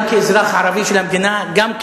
מה שצריך הוא להפסיק את המצב הנוכחי הזה,